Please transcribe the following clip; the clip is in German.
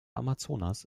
amazonas